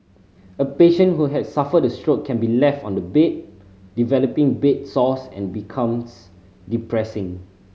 a patient who has suffered a stroke can be left on the bed developing bed sores and becomes depressing